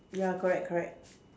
ya correct correct